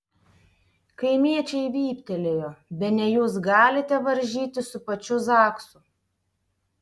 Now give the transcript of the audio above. kaimiečiai vyptelėjo bene jūs galite varžytis su pačiu zaksu